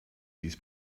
dies